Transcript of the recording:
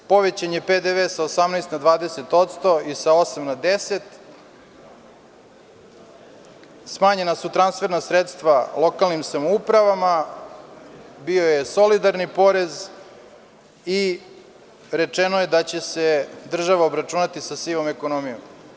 Povećan je PDV sa 18 na 20% i sa 8 na 10%, smanjena su transferna sredstva lokalnim samoupravama, bio je solidarni porez i rečeno je da će se država obračunati sa sivom ekonomijom.